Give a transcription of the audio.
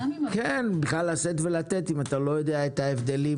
בכלל לשאת ולתת אם אתה לא יודע את ההבדלים